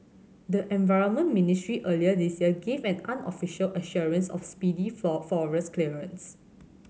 the environment ministry earlier this year gave an unofficial assurance of speedy for forest clearance